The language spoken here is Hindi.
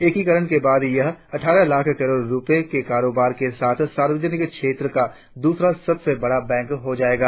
एकीकरण के बाद यह अठारह लाख करोड़ रुपये के कारोबार के साथ सार्वजनिक क्षेत्र का द्रसरा सबसे बड़ा बैंक हो जाएगा